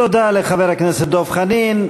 תודה לחבר הכנסת דב חנין.